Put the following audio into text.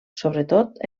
sobretot